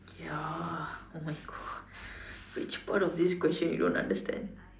ya oh my God which part of this question you don't understand